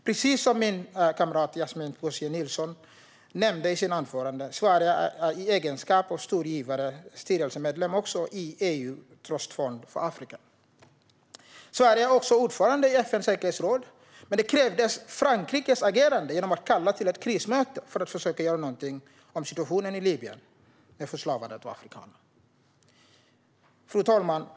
Precis som min kamrat Yasmine Posio Nilsson nämnde i sitt anförande är Sverige i egenskap av stor givare styrelsemedlem i EU Emergency Trust Fund for Africa. Sverige är också medlem i FN:s säkerhetsråd, men det var Frankrike som kallade till krismöte för att försöka göra någonting åt förslavandet av afrikaner i Libyen. Fru talman!